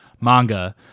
manga